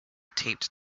taped